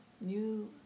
new